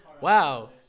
Wow